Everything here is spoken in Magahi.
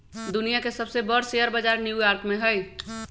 दुनिया के सबसे बर शेयर बजार न्यू यॉर्क में हई